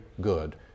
good